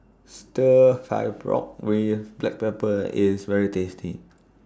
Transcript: Stir Fry Pork with Black Pepper IS very tasty